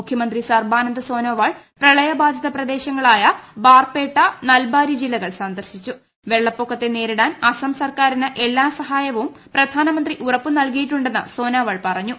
മുഖ്യമന്ത്രി സർബാനന്ദ ്ര്സോനോവാൾ പ്രളയബാധിത പ്രദേശങ്ങളായ ബാർപ്പേട്ടു നൽബാരി ജില്ലകൾ സന്ദർശിച്ചു വെള്ളപ്പൊക്കത്തെ ത്രെതിടാൻ സംസ്ഥാന സർക്കാരിന് എല്ലാ സഹായവും പ്രധാനമന്ത്രി ഉറപ്പ് നൽകിയിട്ടുണ്ടെന്ന് സോനോവാൾ പറഞ്ഞു